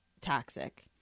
toxic